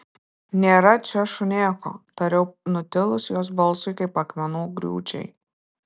nėra čia šunėko tariau nutilus jos balsui kaip akmenų griūčiai